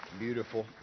Beautiful